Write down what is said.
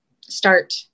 start